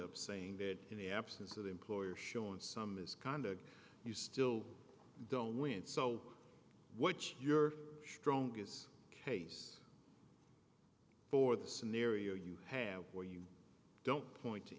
up saying that in the absence of the employer showing some is conduct you still don't win so what's your strongest case for the scenario you have where you don't point to